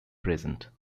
present